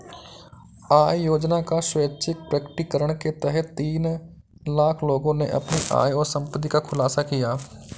आय योजना का स्वैच्छिक प्रकटीकरण के तहत तीन लाख लोगों ने अपनी आय और संपत्ति का खुलासा किया